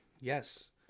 Yes